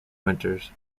winters